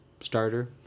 starter